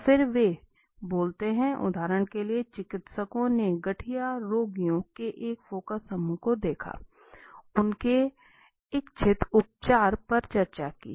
और फिर वे बोलते हैं उदाहरण के लिए चिकित्सकों ने गठिया रोगियों के एक फोकस समूह को देखा उनके इच्छित उपचार पर चर्चा की